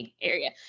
area